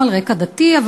גם על רקע דתי,